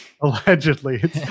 allegedly